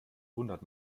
wundert